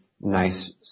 nice